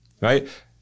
right